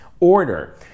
Order